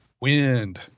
Wind